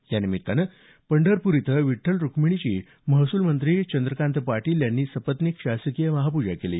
या निमित्तानं पंढरपूर इथं विठ्ठल रुख्मिणीची महसूल मंत्री चंद्रकांत पाटील यांनी सपत्निक शासकीय महापूजा केली